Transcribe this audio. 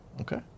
Okay